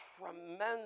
tremendous